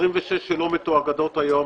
ה-26 שלא מתואגדות היום,